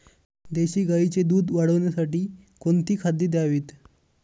देशी गाईचे दूध वाढवण्यासाठी कोणती खाद्ये द्यावीत?